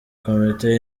komite